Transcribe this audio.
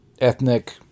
ethnic